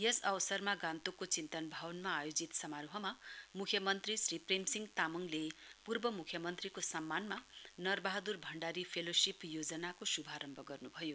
यस अवसरमा गान्तोकको चिन्तन भवनमा आयोजित समारोहमा मुख्यमन्त्री श्री प्रेम सिंह तामाङले पूर्व म्ख्यमन्त्रीको सम्मानमा नरबहादुर भण्डारी फेलोशीप योजनाको श्भारम्भ गर्न्भयो